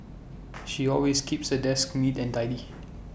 she always keeps her desk neat and tidy